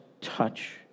touch